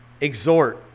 Exhort